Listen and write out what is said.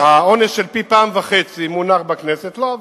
העונש של פי-1.5 מונח בכנסת, לא עבר.